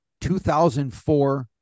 2004